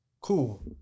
cool